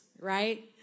right